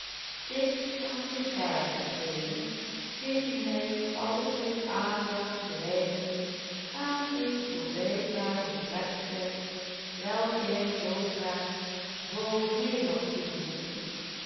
dicht aan de vaart getreden scheen hij al zijn aandacht te wijden aan een voorbijvarende trekschuit welke hij dolgraag volk mee had toegeroepen